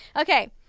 Okay